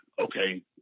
okay